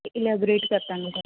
elaborate ਕਰ ਦਵਾਂਗੇ sir